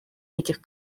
этих